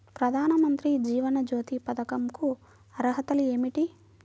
ప్రధాన మంత్రి జీవన జ్యోతి పథకంకు అర్హతలు ఏమిటి?